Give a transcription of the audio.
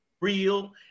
real